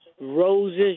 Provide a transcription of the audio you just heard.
roses